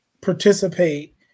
participate